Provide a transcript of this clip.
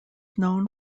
known